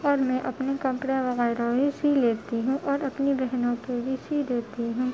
اور میں اپنے کپڑے وغیرہ بھی سی لیتی ہوں اور اپنی بہنوں کے بھی سی دیتی ہوں